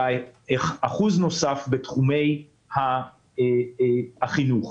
ו-1% נוסף בתחומי החינוך.